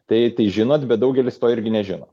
tai tai žinot bet daugelis to irgi nežino